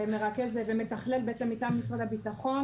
שמרכז ומתכלל מטעם משרד הביטחון